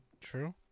True